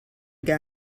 got